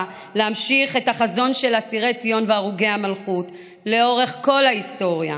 להמשיך את החזון של אסירי ציון והרוגי המלכות לאורך כל ההיסטוריה,